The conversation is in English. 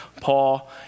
Paul